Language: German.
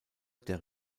der